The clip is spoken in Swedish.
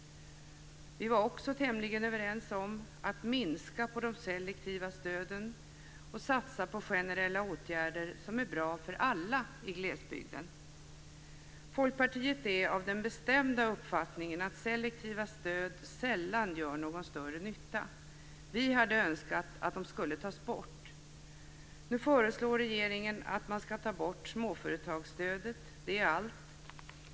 Vi var också tämligen överens om att minska på de selektiva stöden och satsa på generella åtgärder som är bra för alla i glesbygden. Folkpartiet är av den bestämda uppfattningen att selektiva stöd sällan gör någon större nytta. Vi hade önskat att de hade tagits bort. Nu föreslår regeringen att man ska ta bort småföretagsstödet. Det är allt.